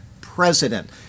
president